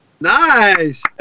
Nice